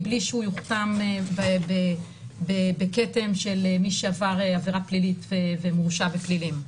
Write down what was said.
מבלי שהוא יוכתם בכתם של מי שעבר עבירה פלילית ומורשה בפלילים.